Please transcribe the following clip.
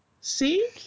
See